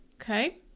Okay